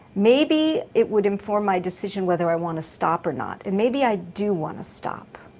maybe it would inform my decision whether i want to stop or not, and maybe i do want to stop',